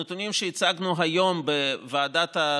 הנתונים שהצגנו היום בוועדת החינוך,